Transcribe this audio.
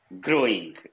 growing